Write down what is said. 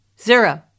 Zero